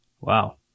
Wow